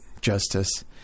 justice